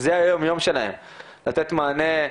לתת מענה,